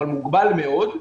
אבל מוגבל מאוד.